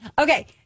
Okay